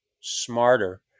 smarter